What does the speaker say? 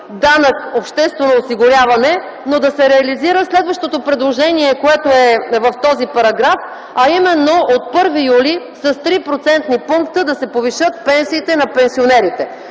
данък обществено осигуряване, но да се реализира следващото предложение, което е в този параграф, а именно от 1 юли с 3-процентни пункта да се повишат пенсиите на пенсионерите.